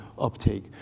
uptake